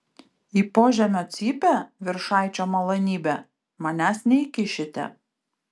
į požemio cypę viršaičio malonybe manęs neįkišite